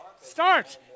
Start